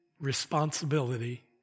responsibility